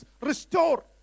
Restore